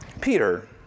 Peter